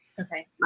Okay